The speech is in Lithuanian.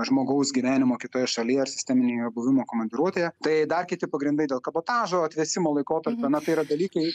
žmogaus gyvenimo kitoje šaly ar sisteminio jo buvimo komandiruotėje tai dar kiti pagrindai dėl kabotažo atvėsimo laikotarpio na tai yra dalykai